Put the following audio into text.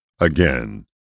again